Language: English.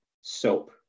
soap